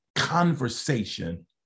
conversation